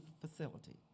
facility